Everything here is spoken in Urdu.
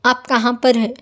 آپ کہاں پر ہیں